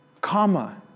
Comma